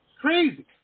Crazy